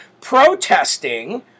protesting